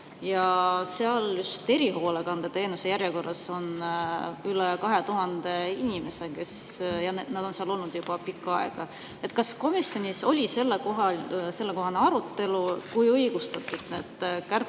Just erihoolekandeteenuse järjekorras on üle 2000 inimese ja nad on seal olnud juba pikka aega. Kas komisjonis oli sellekohane arutelu, kui õigustatud need kärpekohad